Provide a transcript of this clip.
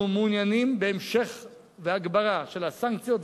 אנחנו מעוניינים בהמשך והגברה של הסנקציות